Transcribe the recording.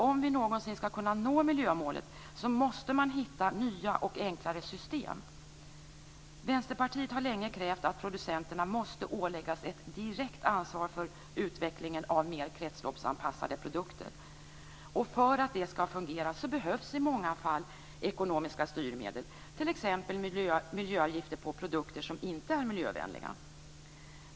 Om vi någonsin skall kunna nå miljömålet måste man hitta nya och enklare system. Vänsterpartiet har länge krävt att producenterna måste åläggas ett direkt ansvar för utvecklingen av mer kretsloppsanpassade produkter. Och för att det skall fungera behövs i många fall ekonomiska styrmedel, t.ex. miljöavgifter på produkter som inte är miljövänliga.